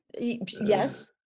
yes